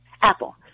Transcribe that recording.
Apple